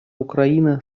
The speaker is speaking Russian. украина